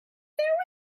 there